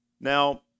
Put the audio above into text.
Now